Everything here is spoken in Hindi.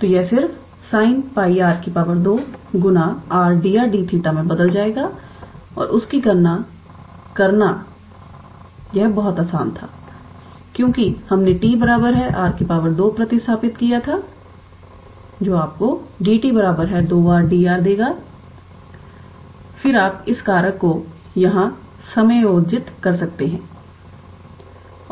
तो यह सिर्फ sin 𝜋𝑟 2 𝑟𝑑𝑟𝑑𝜃 मे बदल जाएगा और उसकी गणना करना यह बहुत आसान था क्योंकि हमने 𝑡 𝑟 2 प्रतिस्थापित किया था जो आपको 𝑑𝑡 2𝑟𝑑𝑟 देगा फिर आप इस कारक को यहाँ समायोजित कर सकते हैं